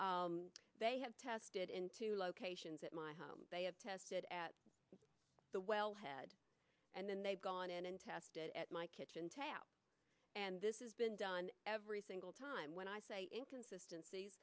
they have tested in two locations at my home they have tested at the wellhead and they've gone in and tested at my kitchen tap and this has been done every single time when i say inconsistency